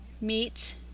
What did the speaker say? meat